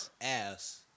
ass